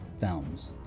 films